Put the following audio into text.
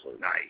Nice